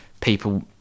people